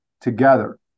together